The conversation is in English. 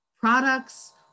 products